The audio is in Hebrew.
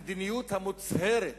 המדיניות המוצהרת